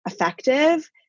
effective